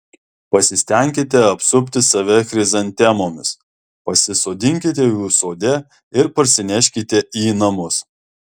pasistenkite apsupti save chrizantemomis pasisodinkite jų sode ir parsineškite į namus